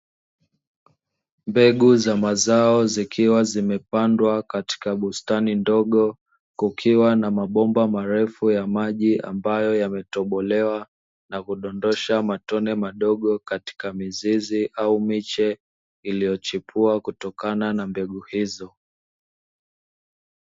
Mbegu za mazao zikiwa zimepandwa katika bustani ndogo, kukiwa na mabomba marefu ya maji ambayo yametobolewa na kudondosha matone madogo katika mizizi au miche iliyochipua kutokana na mbegu hizo.